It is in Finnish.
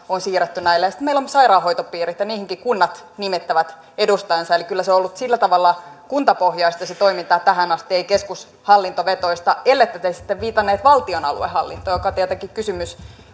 on siirretty näille sitten meillä on sairaanhoitopiirit ja niihinkin kunnat nimittävät edustajansa eli kyllä se toiminta on ollut sillä tavalla kuntapohjaista tähän asti ei keskushallintovetoista ellette te sitten viitannut valtion aluehallintoon joka tietenkin on kysymys